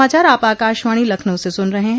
यह समाचार आप आकाशवाणी लखनऊ से सुन रहे हैं